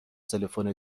تلفن